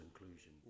inclusion